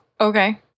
Okay